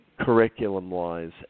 curriculum-wise